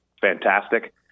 fantastic